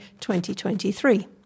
2023